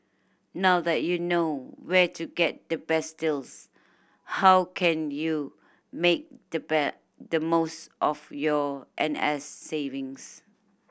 now that you know where to get the best deals how can you make the the most of your N S savings